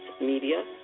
Media